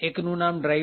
એકનું નામ driver